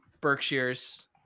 Berkshires